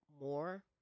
more